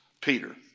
Peter